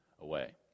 away